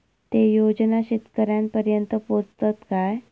ते योजना शेतकऱ्यानपर्यंत पोचतत काय?